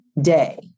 day